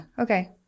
okay